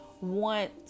want